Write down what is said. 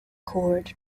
cord